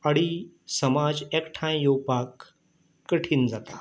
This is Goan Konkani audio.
आनी समाज एकठांय येवपाक कठीण जाता